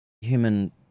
human